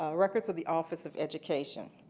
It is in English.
ah records of the office of education.